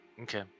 Okay